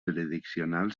jurisdiccional